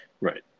right